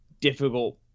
difficult